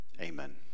amen